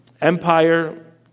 empire